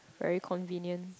very convenient